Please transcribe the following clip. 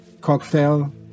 cocktail